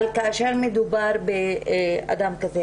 אבל כאשר מדובר באדם כזה,